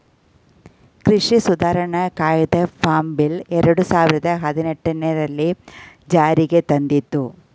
ಕೃಷಿ ಸುಧಾರಣಾ ಕಾಯ್ದೆ ಫಾರ್ಮ್ ಬಿಲ್ ಎರಡು ಸಾವಿರದ ಹದಿನೆಟನೆರಲ್ಲಿ ಜಾರಿಗೆ ತಂದಿದ್ದು